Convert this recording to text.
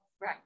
Right